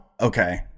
Okay